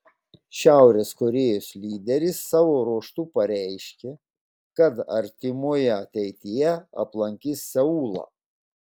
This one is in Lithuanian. šiaurės korėjos lyderis savo ruožtu pareiškė kad artimoje ateityje aplankys seulą